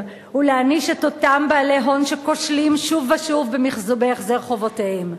ולהעניש את אותם בעלי הון שכושלים שוב ושוב בהחזר חובותיהם.